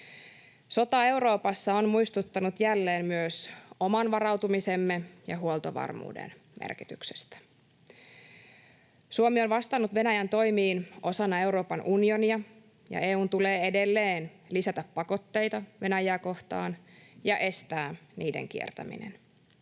Sota Euroopassa on muistuttanut jälleen myös oman varautumisemme ja huoltovarmuuden merkityksestä. Suomi on vastannut Venäjän toimiin osana Euroopan unionia, ja EU:n tulee edelleen lisätä pakotteita Venäjää kohtaan ja estää niiden kiertäminen.